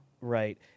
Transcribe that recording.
right